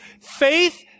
Faith